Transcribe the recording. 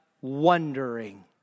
wondering